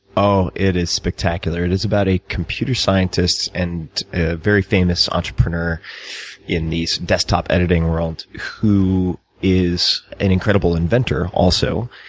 oh, it is spectacular. it is about a computer scientist and a very famous entrepreneur in the desktop editing world who is an incredible inventor also,